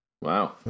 Wow